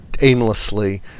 aimlessly